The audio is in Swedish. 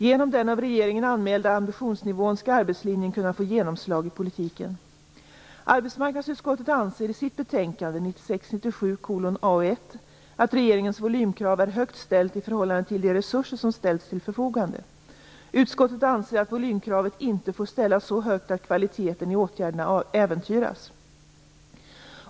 Genom den av regeringen anmälda ambitionsnivån skall arbetslinjen kunna få genomslag i politiken. 1996/97:AU1 att regeringens volymkrav är högt ställt i förhållande till de resurser som ställs till förfogande. Utskottet anser att volymkravet inte får ställas så högt att kvaliteten i åtgärderna äventyras.